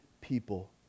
people